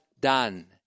done